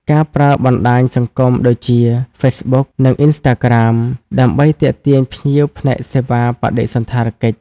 ការប្រើបណ្តាញសង្គមដូចជា ហ្វេសបុក និង អុីនស្តាក្រាម ដើម្បីទាក់ទាញភ្ញៀវផ្នែកសេវាបដិសណ្ឋារកិច្ច។